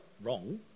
wrong